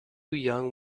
young